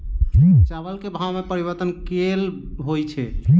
चावल केँ भाव मे परिवर्तन केल होइ छै?